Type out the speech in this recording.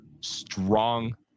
strong